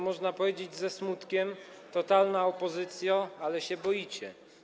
Można powiedzieć ze smutkiem: Totalna opozycjo, ale się boicie.